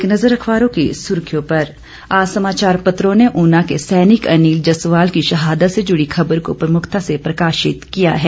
एक नज़र अखबारों की सुर्खियों पर आज समाचार पत्रों ने ऊना के सैनिक अनिल जसवाल की शहादत से जुड़ी खबर को प्रमुखता से प्रकाशित किया है